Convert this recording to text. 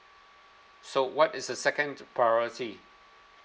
so what is the second priority